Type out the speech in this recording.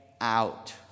out